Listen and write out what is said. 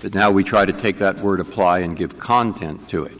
that now we try to take that word apply and give content to it